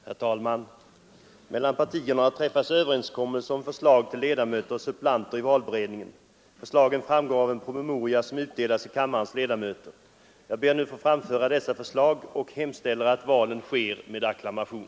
Herr talman! Mellan partierna har träffats överenskommelse om förslag till ledamöter och suppleanter i valberedningen. Förslagen framgår av en promemoria som utdelats till kammarens ledamöter. Jag ber nu att få framföra dessa förslag och hemställer att valen sker med acklamation.